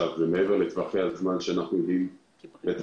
זה מעבר לטווחי הזמן שאנחנו יודעים לתכנן.